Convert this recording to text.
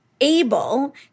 able